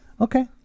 Okay